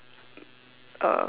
uh